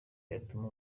yatuma